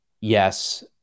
yes